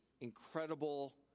incredible